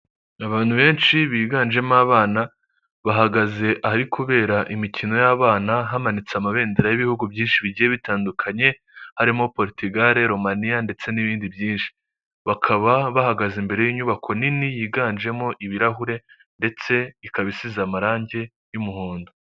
Abantu benshi biganjemo abana bahagaze aha kubera imikino y'abana hamanitse amabendera y'ibihugu byinshi bigiye bitandukanye harimo Poritigali Romaniya ndetse n'ibindi byinshi bakaba bahagaze imbere y'inyubako nini yiganjemo ibirahure ndetse ikaba isize amarangi y'umuhondo.